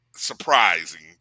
surprising